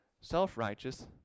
self-righteous